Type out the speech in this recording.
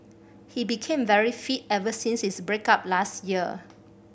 he became very fit ever since his break up last year